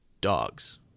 dogs